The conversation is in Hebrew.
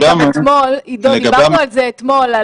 דיברנו על זה אתמול,